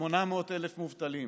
כ-800,000 מובטלים